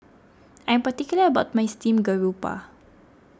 I am particular about my Steamed Garoupa